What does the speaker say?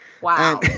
Wow